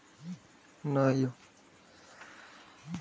कृषि रोबोटक उपयोग मुख्यतः कटाइ के काज मे कैल जाइ छै